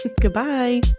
Goodbye